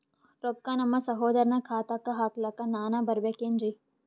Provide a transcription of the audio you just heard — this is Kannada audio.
ರೊಕ್ಕ ನಮ್ಮಸಹೋದರನ ಖಾತಾಕ್ಕ ಹಾಕ್ಲಕ ನಾನಾ ಬರಬೇಕೆನ್ರೀ?